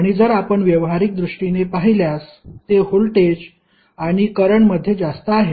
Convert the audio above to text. आणि जर आपण व्यवहारीक दृष्टीने पाहिल्यास ते व्होल्टेज आणि करंट मध्ये जास्त आहेत